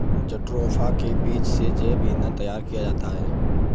jatropha के बीज से जैव ईंधन तैयार किया जाता है